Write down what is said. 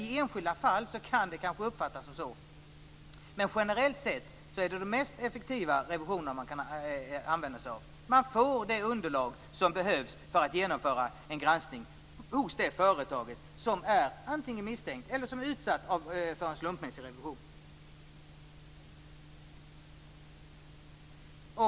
I enskilda fall kan det kanske uppfattas så, men generellt sett är det de mest effektiva revisioner man kan använda sig av. Man får det underlag som behövs för att genomföra en granskning hos det företag som antingen är misstänkt eller utsatt för en slumpmässig revision.